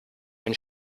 ein